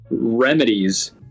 remedies